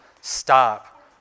stop